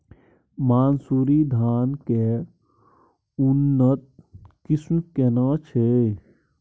मानसुरी धान के उन्नत किस्म केना छै?